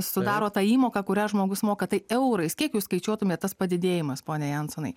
sudaro tą įmoką kurią žmogus moka tai eurais kiek jūs skaičiuotumėt tas padidėjimas pone jansonai